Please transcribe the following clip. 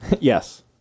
Yes